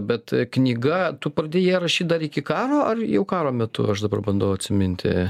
bet knyga tu pradėjai ją rašyt dar iki karo ar jau karo metu aš dabar bandau atsiminti